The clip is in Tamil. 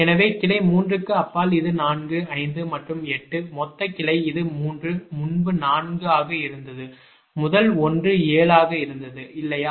எனவே கிளை 3 க்கு அப்பால் இது 4 5 மற்றும் 8 மொத்த கிளை இது 3 முன்பு 4 ஆக இருந்தது முதல் ஒன்று 7 ஆக இருந்தது இல்லையா